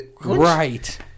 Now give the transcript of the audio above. Right